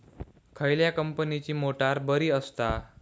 खयल्या कंपनीची मोटार बरी असता?